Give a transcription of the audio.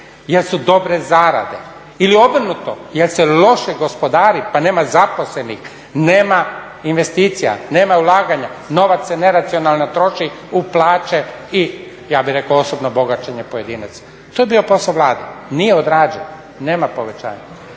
jer su dobre zarade ili obrnuto jel se loše gospodari pa nema zaposlenih, nema investicija, nema ulaganja, novac se neracionalno troši u plaće i ja bih rekao osobno bogaćenje pojedinaca. To je bio posao Vlade, nije odrađen, nema povećanja